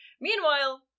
Meanwhile